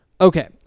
Okay